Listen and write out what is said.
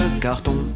carton